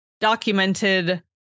documented